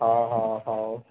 ହଁ ହଁ ହଉ